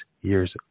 years